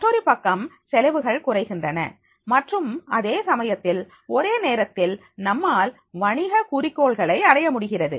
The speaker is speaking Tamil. மற்றொரு பக்கம் செலவுகள் குறைகின்றன மற்றும் அதே சமயத்தில் ஒரே நேரத்தில் நம்மால் வணிக குறிக்கோள்களை அடைய முடிகிறது